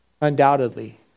Undoubtedly